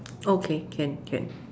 okay can can